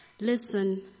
Listen